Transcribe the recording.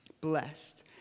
blessed